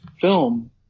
film